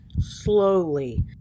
slowly